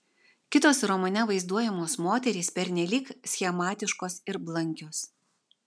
kitos romane vaizduojamos moterys pernelyg schematiškos ir blankios